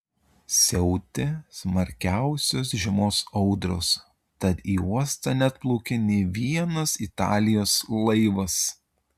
siautė smarkiausios žiemos audros tad į uostą neatplaukė nė vienas italijos laivas